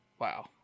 wow